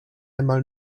einmal